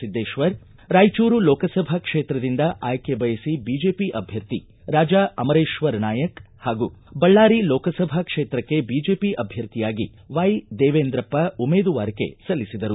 ಸಿದ್ದೇಶ್ವರ್ ರಾಯಚೂರು ಲೋಕಸಭಾ ಕ್ಷೇತ್ರದಿಂದ ಆಯ್ಕೆ ಬಯಸಿ ಬಿಜೆಪಿ ಅಭ್ಯರ್ಥಿ ರಾಜಾ ಅಮರೇಶ್ವರ್ ನಾಯಕ್ ಹಾಗೂ ಬಳ್ಳಾರಿ ಲೋಕಸಭಾ ಕ್ಷೇತ್ರಕ್ಕೆ ಬಿಜೆಒ ಅಭ್ಯರ್ಥಿಯಾಗಿ ವೈದೇವೇಂದ್ರಪ್ಪ ಉಮೇದುವಾರಿಕೆ ಸಲ್ಲಿಸಿದರು